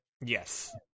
Yes